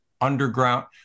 underground